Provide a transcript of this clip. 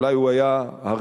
אולי הוא היה הראשון